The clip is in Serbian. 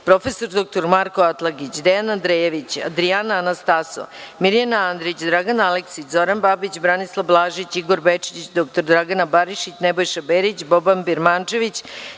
prof. dr Marko Atlagić, Dejan Andrejević, Andriana Anastasov, Mirjana Andrić, Dragan Aleksić, Zoran Babić, Branislav Blažić, Igor Bečić, dr Dragana Barišić, Nebojša Berić, Boban Birmančević,